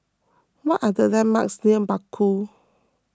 what are the landmarks near Bakau